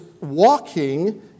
walking